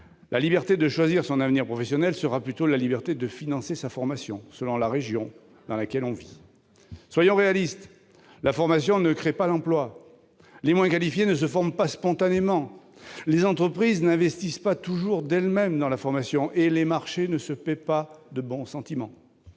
la liberté de choisir son avenir professionnel sera plutôt la liberté de financer sa formation, selon la région dans laquelle on vit ... Soyons réalistes : la formation ne crée pas l'emploi, les moins qualifiés ne se forment pas spontanément, les entreprises n'investissent pas toujours d'elles-mêmes dans la formation, et les marchés ne se paient pas de bons sentiments.